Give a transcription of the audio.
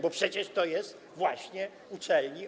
Bo przecież to jest właśnie organ uczelni.